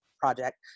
project